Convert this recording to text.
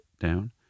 down